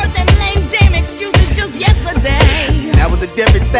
lame dame excuses just yesterday that was a different